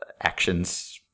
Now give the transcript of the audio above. actions